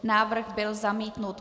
Návrh byl zamítnut.